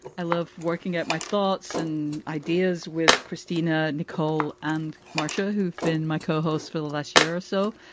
i love working at my thoughts and ideas with christina, nicole and marsha, who've been my co-hosts for the last year or so.